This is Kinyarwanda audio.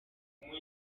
hanze